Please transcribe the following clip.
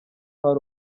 hari